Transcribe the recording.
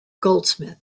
goldsmith